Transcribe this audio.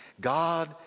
God